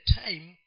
time